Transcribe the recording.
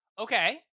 Okay